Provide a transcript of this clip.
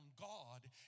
God